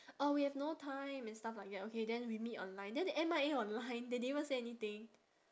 uh we have no time and stuff like that okay then we meet online then they M_I_A online they didn't even say anything